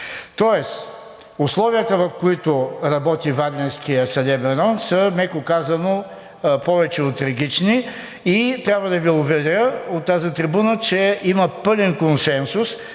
Тоест условията, в които работи Варненският съдебен район, са, меко казано, повече от трагични и трябва да Ви уверя от тази трибуна, че има пълен консенсус